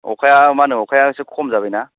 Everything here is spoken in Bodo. अखाया मा होनो अखाया एसे खम जाबाय ना